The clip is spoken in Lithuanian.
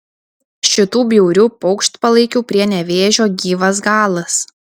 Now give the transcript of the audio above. šitų bjaurių paukštpalaikių prie nevėžio gyvas galas